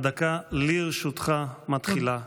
הדקה לרשותך מתחילה כעת.